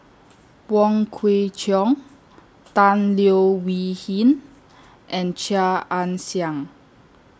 Wong Kwei Cheong Tan Leo Wee Hin and Chia Ann Siang